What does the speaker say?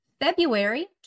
February